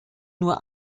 nur